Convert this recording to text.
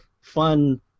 fun